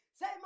Say